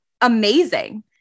amazing